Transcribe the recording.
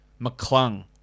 McClung